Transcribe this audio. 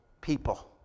people